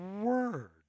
Word